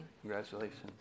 Congratulations